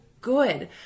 good